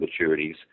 maturities